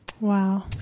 Wow